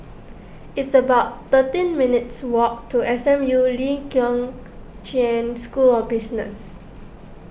it's about thirteen minutes' walk to S M U Lee Kong Chian School of Business